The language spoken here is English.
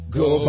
go